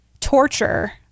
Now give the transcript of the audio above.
torture